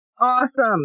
awesome